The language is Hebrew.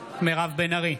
מירב בן ארי,